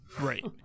Right